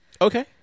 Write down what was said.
Okay